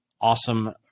awesome